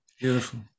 Beautiful